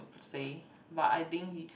say but I think he